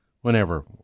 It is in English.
whenever